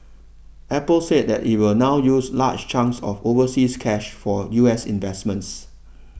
Apple said it will now use a large chunk of the overseas cash for U S investments